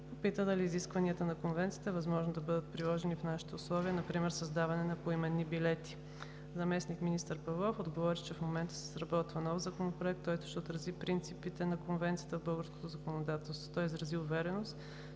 попита дали изискванията на Конвенцията е възможно да бъдат приложени в нашите условия – например издаването на поименни билети. Заместник-министър Павлов отговори, че в момента се изработва нов законопроект, който ще отрази принципите на Конвенцията в българското законодателство. Той изрази увереност,